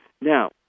Now